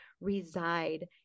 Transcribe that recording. reside